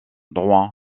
drouin